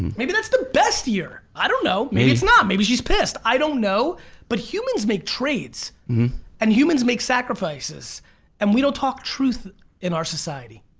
maybe that's the best year, i don't know maybe, it's not maybe she's pissed i don't know but humans make trades and humans make sacrifices and we don't talk truth in our society,